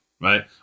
right